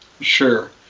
Sure